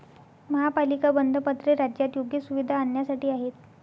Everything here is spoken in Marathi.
महापालिका बंधपत्रे राज्यात योग्य सुविधा आणण्यासाठी आहेत